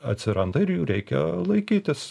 atsiranda ir jų reikia laikytis